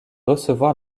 recevoir